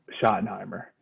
Schottenheimer